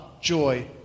joy